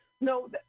No